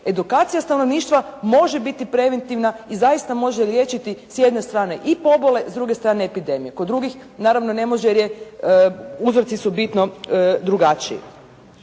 edukacija stanovništva može biti preventivna i zaista može liječiti s jedne strane i pobole, s druge strane epidemiju, kod drugih, naravno ne može jer uzroci su bitno drugačiji.